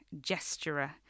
gesturer